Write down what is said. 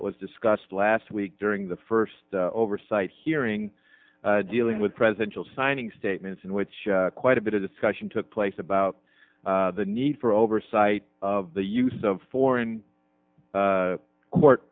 that was discussed last week during the first oversight hearing dealing with presidential signing statements in which quite a bit of discussion took place about the need for oversight of the use of foreign court